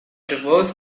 reverse